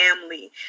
family